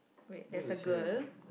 wait there's a girl